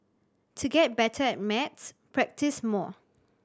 to get better at maths practise more